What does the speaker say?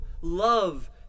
love